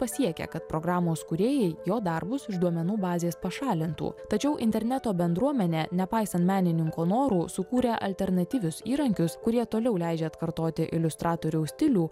pasiekė kad programos kūrėjai jo darbus iš duomenų bazės pašalintų tačiau interneto bendruomenė nepaisant menininko norų sukūrė alternatyvius įrankius kurie toliau leidžia atkartoti iliustratoriaus stilių